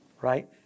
Right